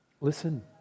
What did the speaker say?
Listen